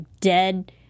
dead